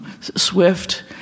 Swift